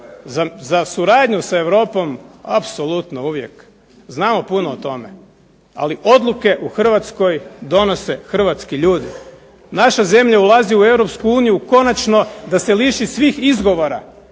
Za suradnju sa Europom apsolutno uvijek, znamo puno o tome. Ali odluke u Hrvatskoj donose hrvatski ljudi. Naša zemlja ulazi u EU konačno da se liši svih izgovora